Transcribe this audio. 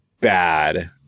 bad